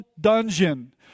dungeon